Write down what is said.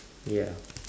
ya